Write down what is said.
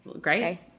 Great